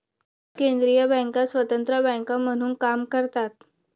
केंद्रीय बँका स्वतंत्र बँका म्हणून काम करतात